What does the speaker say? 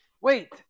Wait